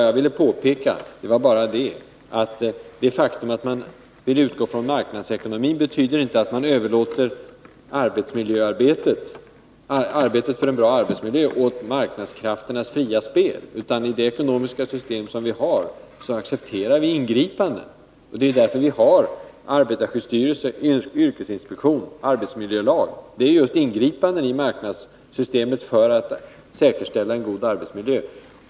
Jag ville bara påpeka att det faktum att man utgår ifrån marknadsekonomin inte betyder att man överlåter arbetet för en bra arbetsmiljö åt marknadskrafternas fria spel. I vårt ekonomiska system accepterar vi ingripanden. Därför har vi arbetarskyddsstyrelse, yrkesinspektion och arbetsmiljölag. Här gäller det just ingripanden i marknadssystemet för att man skall kunna säkerställa en god arbetsmiljö.